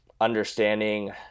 understanding